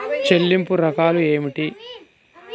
చెల్లింపు రకాలు ఏమిటి?